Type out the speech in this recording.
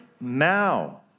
now